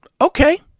okay